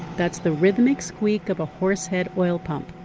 that's the rhythmic squeak of a horse head oil pump.